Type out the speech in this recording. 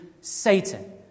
Satan